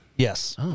Yes